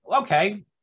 okay